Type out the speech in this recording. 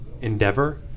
endeavor